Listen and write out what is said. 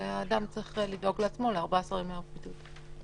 האדם צריך לדאוג לעצמו ל-14 ימי הבידוד.